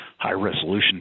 high-resolution